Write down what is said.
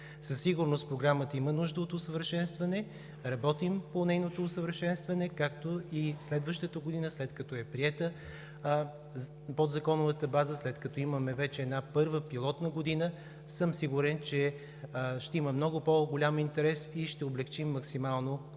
Със сигурност Програмата има нужда от усъвършенстване, работим по нейното усъвършенстване, както и следващата година, след като е приета подзаконовата база, след като имаме вече една първа пилотна година, съм сигурен, че ще има много по-голям интерес и ще облекчим максимално